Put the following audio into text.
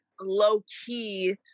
low-key